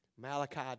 Malachi